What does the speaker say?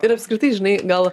ir apskritai žinai gal